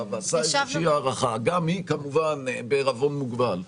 ועשה איזושהי הערכה שגם היא כמובן בעירבון מוגבל.